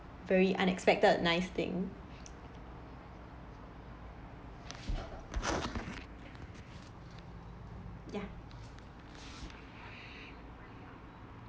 very unexpected nice thing ya